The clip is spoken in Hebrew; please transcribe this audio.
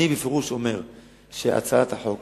אני בפירוש אומר שהצעת החוק,